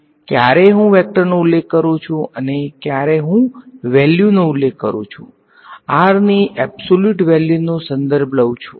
તેથી તે તમારા માટે સ્પષ્ટ હોવું જોઈએ કે કયારે હું વેક્ટરનો ઉલ્લેખ કરું છું અને ક્યારે હું વેલ્યુ નો ઉલ્લેખ કરું છું r ની એબ્સોલ્યુટ વેલ્યુ નો સંદર્ભ લઉ છુ